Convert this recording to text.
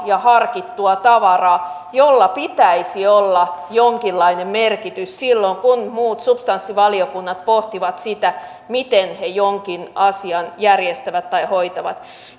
ja harkittua tavaraa jolla pitäisi olla jonkinlainen merkitys silloin kun muut substanssivaliokunnat pohtivat sitä miten he jonkin asian järjestävät tai hoitavat